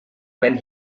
when